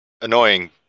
Annoying